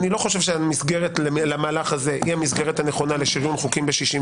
אני לא חושב שהמסגרת למהלך הזה היא המסגרת הנכונה לשריון חוקים ב-61.